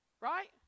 Right